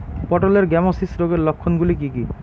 পটলের গ্যামোসিস রোগের লক্ষণগুলি কী কী?